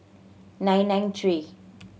nine nine three